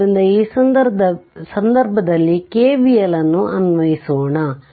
ಆದ್ದರಿಂದ ಈ ಸಂದರ್ಭದಲ್ಲಿ KVL ನ್ನು ಅನ್ವಯಿಸೋಣ